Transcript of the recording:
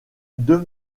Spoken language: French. deux